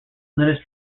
linus